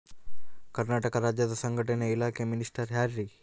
ಕರ್ನಾಟಕ ರಾಜ್ಯದ ಸಂಘಟನೆ ಇಲಾಖೆಯ ಮಿನಿಸ್ಟರ್ ಯಾರ್ರಿ?